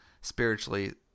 spiritually